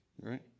right